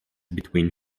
between